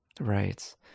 Right